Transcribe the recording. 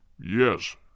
Yes